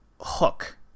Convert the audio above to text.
hook